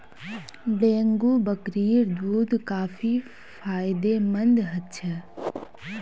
dengue बकरीर दूध काफी फायदेमंद ह छ